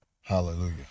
Hallelujah